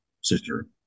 sister